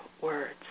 words